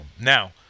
Now